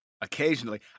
Occasionally